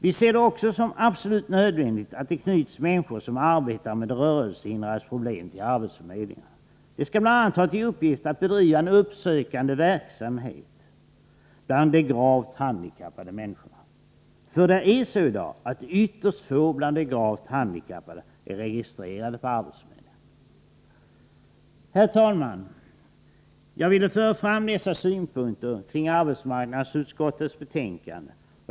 Vi ser det också som absolut nödvändigt att det knyts människor som arbetar med de rörelsehindrades problem till arbetsförmedlingarna. De skall bl.a. ha till uppgift att bedriva en uppsökande verksamhet bland de gravt handikappade människorna. För det är i dag så att ytterst få bland de gravt handikappade är registrerade på arbetsförmedlingarna. Herr talman! Jag har velat föra fram dessa synpunkter i anslutning till arbetsmarknadsutskottets betänkande.